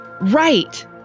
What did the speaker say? Right